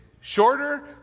shorter